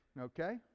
Okay